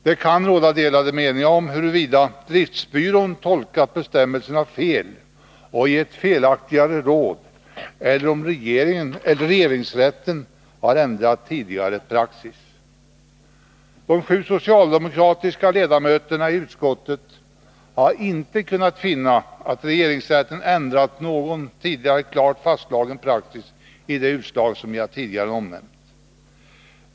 Det kan råda delade meningar om huruvida driftsbyrån tolkat bestämmelserna fel och gett felaktiga råd eller om regeringsrätten ändrat tidigare praxis. De sju socialdemokratiska ledamöterna i utskottet har inte kunnat finna att regeringsrätten ändrat någon tidigare klart fastslagen praxis i det utslag som jag tidigare omnämnt.